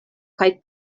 kaj